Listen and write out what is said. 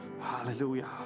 Hallelujah